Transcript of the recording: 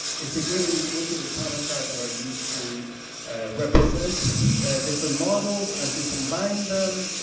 it's again weighted automaton that are used to represent different models and to combined them,